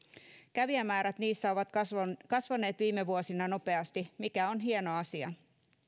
kävijämäärät niissä ovat kasvaneet kasvaneet viime vuosina nopeasti mikä on hieno asia